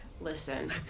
listen